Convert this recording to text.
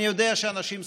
אני יודע שאנשים סובלים,